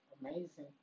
amazing